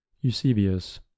Eusebius